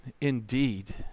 indeed